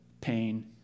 pain